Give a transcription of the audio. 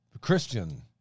Christian